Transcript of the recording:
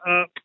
up